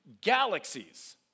galaxies